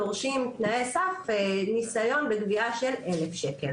דורשים כתנאי סף ניסיון בגבייה של 1,000 שקל.